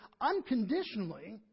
unconditionally